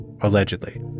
allegedly